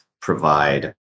provide